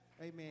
Amen